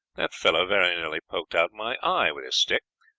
that fellow very nearly poked out my eye with his stick,